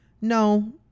no